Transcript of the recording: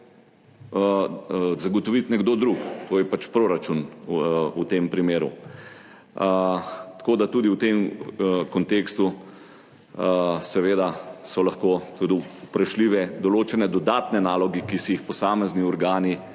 zagotoviti nekdo drug, to je pač proračun v tem primeru. Tako da so tudi v tem kontekstu seveda lahko vprašljive določene dodatne naloge, ki si jih posamezni organi